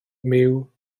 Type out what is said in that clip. myw